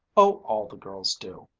oh, all the girls do,